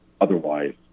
otherwise